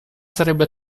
sarebbe